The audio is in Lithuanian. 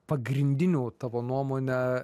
pagrindinių tavo nuomone